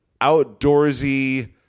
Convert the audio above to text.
outdoorsy